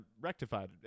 rectified